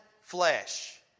flesh